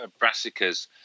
brassicas